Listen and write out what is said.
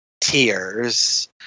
Tears